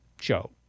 show